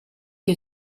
che